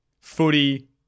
Footy